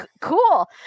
cool